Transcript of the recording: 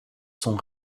sont